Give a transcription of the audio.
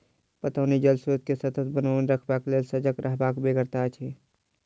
पटौनी जल स्रोत के सतत बनओने रखबाक लेल सजग रहबाक बेगरता अछि